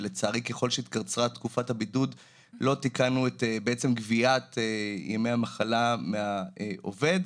ככל שהתקצרה תקופת הבידוד לא תיקנו את גביית ימי המחלה מהעובד.